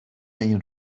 این